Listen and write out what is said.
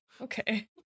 Okay